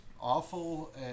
awful